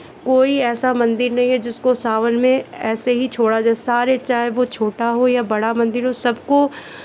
कोई ऐसा मंदिर नहीं है जिसको सावन में ऐसे ही छोड़ा जाए सारे चाहे वो छोटा हो या बड़ा मंदिर हो सबको